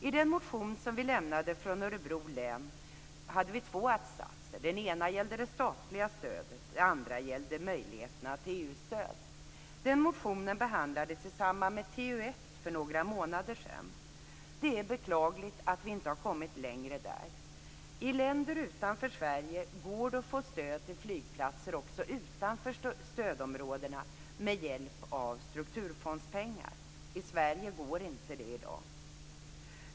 I det motion som vi lämnade från Örebro län hade vi två attsatser. Den ena gällde det statliga stödet. Den andra gällde möjligheterna till EU-stöd. Den motionen behandlades i samband med TU1 för några månader sedan. Det är beklagligt att vi inte har kommit längre där. I länder utanför Sverige går det att få stöd till flygplatser också utanför stödområdena med hjälp av strukturfondspengar. I Sverige går inte det i dag.